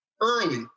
early